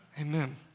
Amen